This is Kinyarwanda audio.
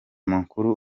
makuru